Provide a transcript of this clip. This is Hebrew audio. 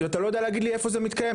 אתה לא יודע להגיד לי איפה זה מתקיים.